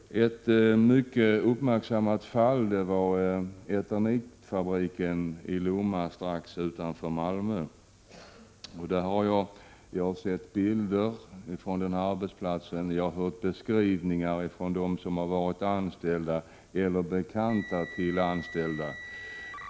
Ett mycket uppmärksammat fall gäller eternitfabriken i Lomma strax utanför Malmö. Jag har sett bilder från den arbetsplatsen, och jag har fått beskrivningar av personer som varit anställda där och av bekanta till de anställda.